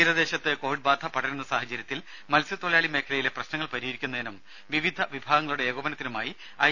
തീരദേശത്ത് കോവിഡ് ബാധ പടരുന്ന സാഹചര്യത്തിൽ മത്സ്യത്തൊഴിലാളി മേഖലയിലെ പ്രശ്നങ്ങൾ പരിഹരിക്കുന്നതിനും വിവിധ വിഭാഗങ്ങളുടെ ഏകോപനത്തിനുമായി ഐ